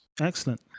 Excellent